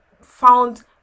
found